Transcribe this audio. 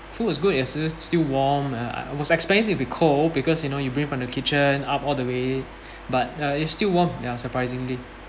food was good as it still still warm uh I was expected to be cold because you know you bring from the kitchen up all the way but uh it's still warm ya surprisingly